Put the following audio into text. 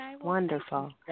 wonderful